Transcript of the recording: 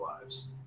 lives